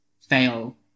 fail